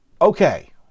okay